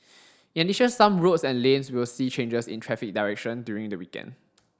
in addition some roads and lanes will see changes in traffic direction during the weekend